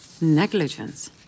Negligence